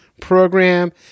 program